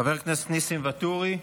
חבר הכנסת ניסים ואטורי,